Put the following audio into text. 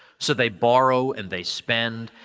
so, they borrow and they spend,